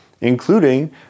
including